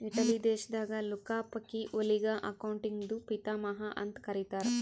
Italy ದೇಶದಾಗ್ Luca ಪಕಿಒಲಿಗ ಅಕೌಂಟಿಂಗ್ದು ಪಿತಾಮಹಾ ಅಂತ್ ಕರಿತ್ತಾರ್